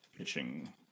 pitching